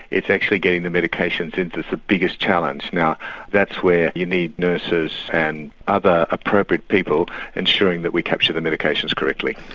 it's actually getting the medications in is the biggest challenge. now that's where you need nurses and other appropriate people ensuring that we capture the medications correctly.